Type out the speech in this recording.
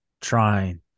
trying